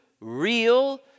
real